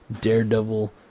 Daredevil